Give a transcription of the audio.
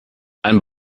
ein